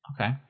Okay